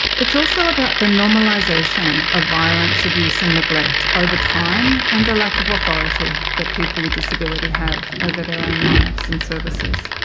it's also about the normalisation of violence, abuse and neglect over time and the lack of authority that people with disability have over their own lives in services.